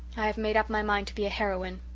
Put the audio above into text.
i have made up my mind to be a heroine.